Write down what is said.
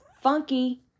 funky